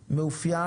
מאופיין,